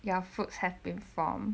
fruits have been from